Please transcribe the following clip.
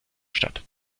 statt